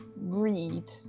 read